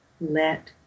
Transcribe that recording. let